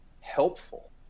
helpful